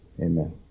Amen